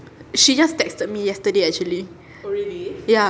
she just texted me yesterday actually ya